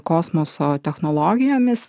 kosmoso technologijomis